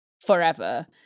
forever